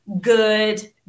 good